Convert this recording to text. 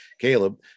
Caleb